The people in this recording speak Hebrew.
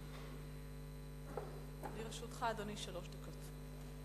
לרשותך, אדוני, שלוש דקות.